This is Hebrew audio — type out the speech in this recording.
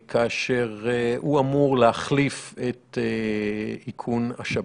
כאשר הוא אמור להחליף את איכון השב"כ.